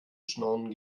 schnorren